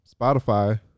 Spotify